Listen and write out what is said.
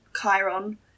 Chiron